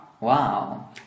Wow